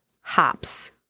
hops